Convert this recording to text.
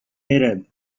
arab